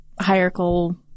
hierarchical